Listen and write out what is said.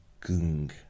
gung